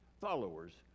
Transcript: followers